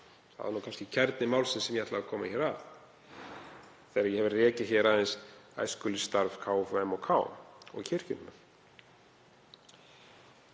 Það er kannski kjarni málsins sem ég ætlaði að koma hér að, þegar ég hef rakið hér aðeins æskulýðsstarf KFUM og KFUK og kirkjunnar.